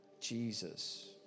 Jesus